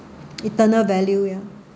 eternal value ya